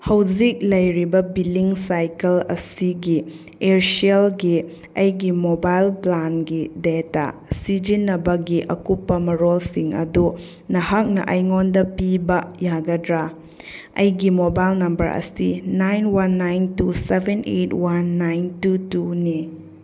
ꯍꯧꯖꯤꯛ ꯂꯩꯔꯤꯕ billing cycle ꯑꯁꯤꯒꯤ ꯏꯌꯥꯔꯁꯦꯜꯒꯤ ꯑꯩꯒꯤ ꯃꯣꯕꯥꯏꯜ ꯄ꯭ꯂꯥꯟꯒꯤ ꯗꯦꯇꯥ ꯁꯤꯖꯤꯟꯅꯕꯒꯤ ꯑꯀꯨꯞꯄ ꯃꯔꯣꯜꯁꯤꯡ ꯑꯗꯨ ꯅꯍꯥꯛꯅ ꯑꯩꯉꯣꯟꯗ ꯄꯤꯕ ꯌꯥꯒꯗ꯭ꯔꯥ ꯑꯩꯒꯤ ꯃꯣꯕꯥꯏꯜ ꯅꯝꯕꯔ ꯑꯁꯤ nine one nine two seven eight one nine two two ꯅꯤ